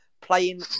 playing